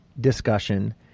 discussion